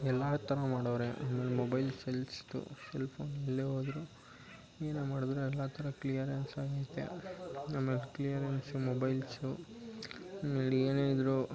ಎಲ್ಲ ಥರ ಮಾಡವರೆ ಮೊಬೈಲ್ ಸೆಲ್ಸುದು ಸೆಲ್ಫೋನ್ ಎಲ್ಲೇ ಹೋದ್ರು ಏನೇ ಮಾಡಿದ್ರು ಎಲ್ಲ ಥರ ಕ್ಲಿಯರೆನ್ಸು ಆಗೈತೆ ಆಮೇಲೆ ಕ್ಲಿಯರೆನ್ಸು ಮೊಬೈಲ್ಸು ಆಮೇಲೆ ಏನೇ ಇದ್ದರೂ